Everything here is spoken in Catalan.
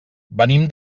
venim